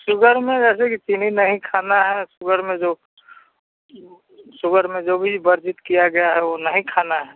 sugar में जैसे कि चीनी नहीं खाना है शुगर में जो शुगर में जो भी वर्जित किया गया है वो नहीं खाना है